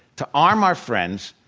to arm our friends,